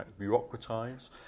bureaucratise